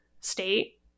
state